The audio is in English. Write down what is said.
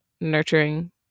nurturing